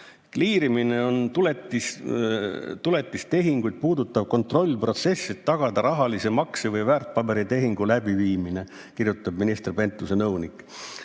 Kliirimine on tuletistehinguid puudutav kontrollprotsess, et tagada rahalise makse või väärtpaberitehingu läbiviimine, kirjutas minister Pentuse nõunik.